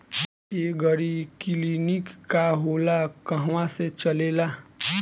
एगरी clinic का होला कहवा से चलेँला?